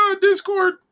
Discord